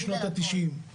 בבקשה, פילבר.